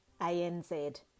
ANZ